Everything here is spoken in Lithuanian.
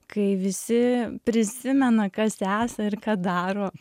kai visi prisimena kas esą ir ką daro